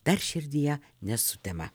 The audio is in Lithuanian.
dar širdyje nesutema